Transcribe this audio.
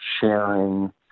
sharing